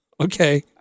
Okay